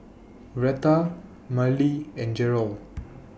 Retha Marlee and Gerold